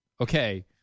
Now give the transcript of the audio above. okay